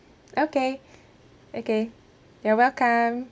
okay okay you're welcome